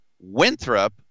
Winthrop